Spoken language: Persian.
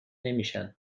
نمیشن